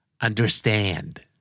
Understand